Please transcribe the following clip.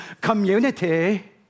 community